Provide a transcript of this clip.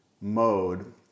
mode